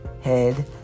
head